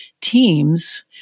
teams